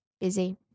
Busy